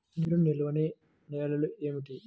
నీరు నిలువని నేలలు ఏమిటి?